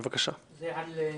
בבקשה.